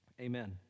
amen